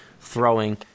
throwing